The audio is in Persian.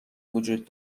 وجود